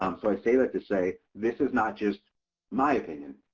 um so, i say that to say this is not just my opinion,